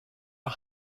are